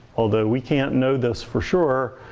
although we can't know this for sure,